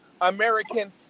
American